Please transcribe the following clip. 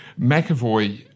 McAvoy